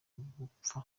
gupfa